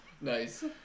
nice